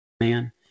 man